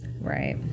Right